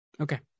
Okay